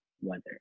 weather